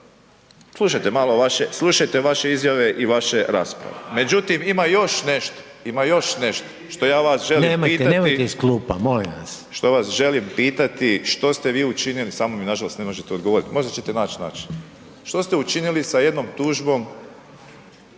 Slušajte malo, slušajte vaše izjave i vaše rasprave. Međutim, ima još nešto, ima još nešto što ja vas želim pitati …/Upadica: Nemojte, nemojte iz klupa, molim vas./… što ste vi učinili, samo mi nažalost ne možete odgovoriti. Možda ćete naći načina. Što ste učinili sa jednom tužbom